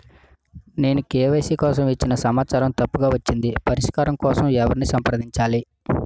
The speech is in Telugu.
నేను కే.వై.సీ కోసం ఇచ్చిన సమాచారం తప్పుగా వచ్చింది పరిష్కారం కోసం ఎవరిని సంప్రదించాలి?